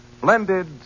blended